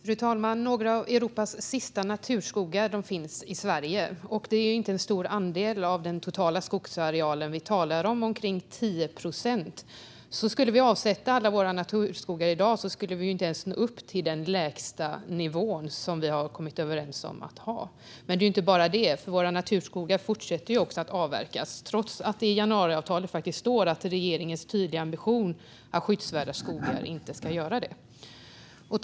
Fru talman! Några av Europas sista naturskogar finns i Sverige. Det är inte en stor andel av den totala skogsarealen vi talar om, utan det är omkring 10 procent. Skulle vi avsätta alla våra naturskogar i dag skulle vi inte ens nå upp till den lägsta nivå som vi har kommit överens om att ha. Men det är inte bara det, för våra naturskogar fortsätter också att avverkas trots att det i januariavtalet faktiskt står att det är regeringens tydliga ambition att skyddsvärda skogar inte ska avverkas.